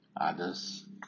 others